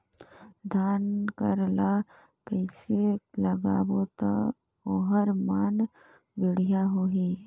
धान कर ला कइसे लगाबो ता ओहार मान बेडिया होही?